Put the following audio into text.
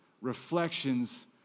reflections